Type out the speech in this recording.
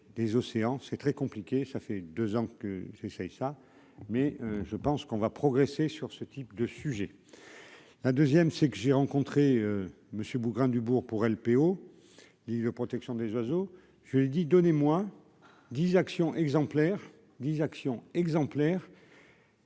des océans, c'est très compliqué, ça fait 2 ans que j'ça mais je pense qu'on va progresser sur ce type de sujet, la 2ème, c'est que j'ai rencontré Monsieur Bougrain-Dubourg pour LPO protection des oiseaux, je l'ai dit, donnez-moi 10 actions exemplaires 10 actions exemplaires.